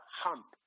hump